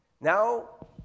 Now